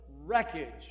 wreckage